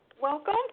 Welcome